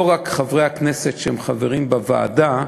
לא רק חברי הכנסת שהם חברים בוועדה.